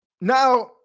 Now